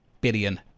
billion